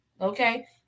Okay